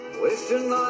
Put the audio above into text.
wishing